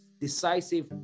decisive